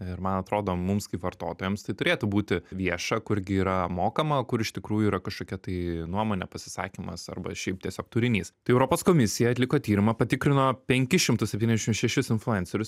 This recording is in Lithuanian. ir man atrodo mums kaip vartotojams tai turėtų būti vieša kur gi yra mokama o kur iš tikrųjų yra kažkokia tai nuomonė pasisakymas arba šiaip tiesiog turinys tai europos komisija atliko tyrimą patikrino penkis šimtus septyniasdešimt šešis influencerius